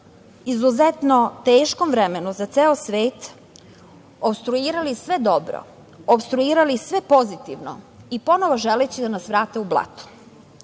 izuzetno teškom vremenu za ceo svet opstruirali sve dobro, opstruirali sve pozitivno i ponovo želeći da nas vrate u blato. Kad